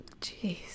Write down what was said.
Jeez